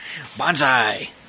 Bonsai